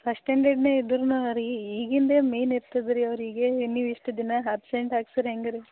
first ಸ್ಟ್ಯಾಂಡರ್ಡ್ನೆ ಇದನ್ನ ರೀ ಈಗಿಂದೇ ಮೇನ್ ಇರ್ತದೆ ರೀ ಅವರಿಗೆ ನೀವು ಇಷ್ಟು ದಿನ ಹಾಬೆಂಟ್ಸ್ ಹಾಕ್ಸ್ದ್ರೆ ಹೆಂಗೆ ರೀ